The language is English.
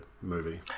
movie